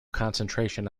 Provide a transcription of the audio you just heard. concentration